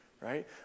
right